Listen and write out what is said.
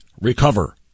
recover